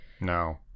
No